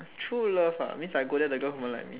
true love ah means I go there the girl confirm like me